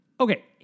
Okay